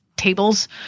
Tables